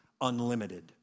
unlimited